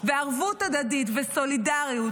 בערבות הדדית וסולידריות,